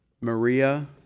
Maria